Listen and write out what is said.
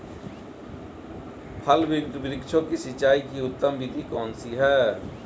फल वृक्षों की सिंचाई की उत्तम विधि कौन सी है?